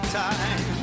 time